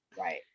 right